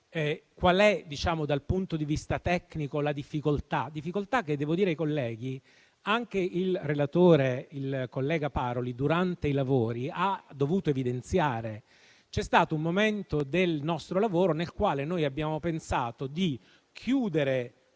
qual è, dal punto di vista tecnico, la difficoltà che - devo dirlo ai colleghi - anche il relatore, il collega Paroli, durante i lavori ha dovuto evidenziare. C'è stato un momento del nostro lavoro nel quale abbiamo pensato di chiudere